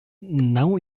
naŭ